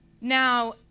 Now